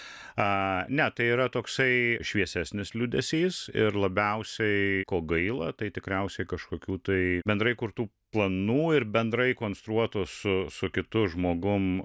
ne tai yra toksai šviesesnis liūdesys ir labiausiai ko gaila tai tikriausiai kažkokių tai bendrai kurtų planų ir bendrai konstruotų su kitu žmogum